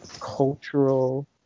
cultural